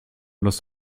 los